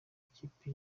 ikipe